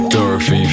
Dorothy